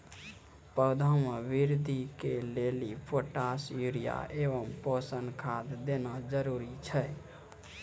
पौधा मे बृद्धि के लेली पोटास यूरिया एवं पोषण खाद देना जरूरी छै?